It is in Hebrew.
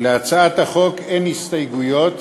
להצעת החוק אין הסתייגויות,